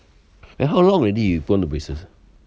then how long already you put on the braces